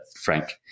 Frank